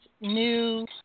new